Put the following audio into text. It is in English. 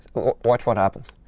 watch what happens.